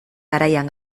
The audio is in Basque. garaian